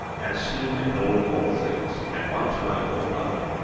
and seen and known all things at one time or other,